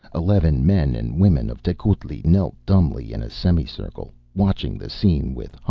eleven men and women of tecuhltli knelt dumbly in a semicircle, watching the scene with